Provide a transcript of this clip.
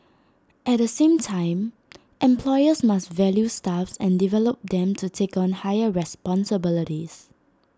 at the same time employers must value staff and develop them to take on higher responsibilities